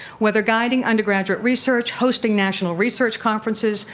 whether guiding undergraduate research, hosting national research conferences,